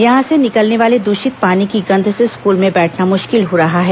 यहां से निकलने वाले दूषित पानी की गंध से स्कूल में बैठना मुश्किल हो रहा है